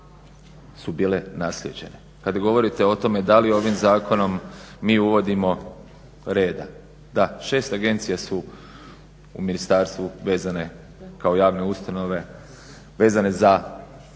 su bile naslijeđene. Kada govorite o tome da li ovim zakonom mi uvodimo reda, da, 6 agencija su u ministarstvu vezane kao javne ustanove vezane za